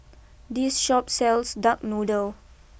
this Shop sells Duck Noodle